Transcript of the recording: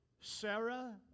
Sarah